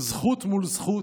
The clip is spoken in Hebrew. זכות מול זכות.